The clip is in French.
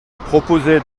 proposait